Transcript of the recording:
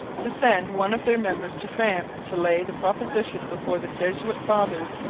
to send one of their members to france to lay the proposition before the jesuit fathers,